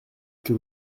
que